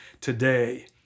today